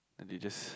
then they just